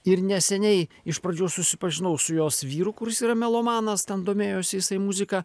ir neseniai iš pradžių susipažinau su jos vyru kuris yra melomanas ten domėjosi jisai muzika